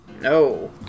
no